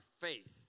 faith